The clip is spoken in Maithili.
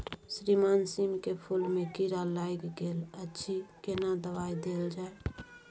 श्रीमान सीम के फूल में कीरा लाईग गेल अछि केना दवाई देल जाय?